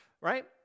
Right